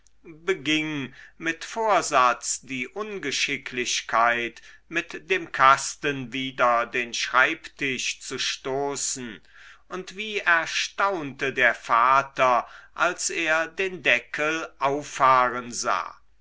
beging mit vorsatz die ungeschicklichkeit mit dem kasten wider den schreibtisch zu stoßen und wie erstaunte der vater als er den deckel auffahren sah